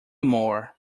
more